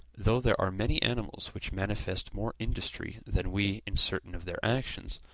though there are many animals which manifest more industry than we in certain of their actions,